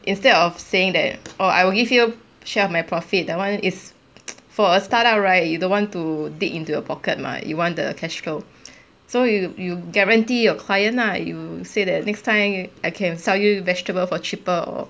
instead of saying that orh I will give you share my profit that [one] is for a start up right you don't want to dig into your pocket mah you want the cash flow so you you guarantee your client lah you say that next time I can sell you vegetable for cheaper or